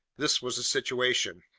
this was the situation.